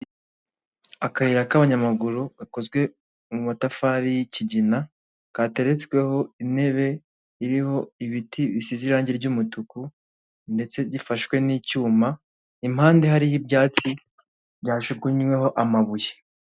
Akayira k'abanyamaguru gakozwe mu matafari y'ikigina, kateretsweho intebe iriho ibiti bisize irangi ry'umutuku ndetse gifashwe n'icyuma, impande hariho ibyatsi byajugunyweho amabuye.